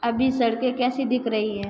अभी सड़कें कैसी दिख रही हैं